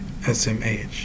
SMH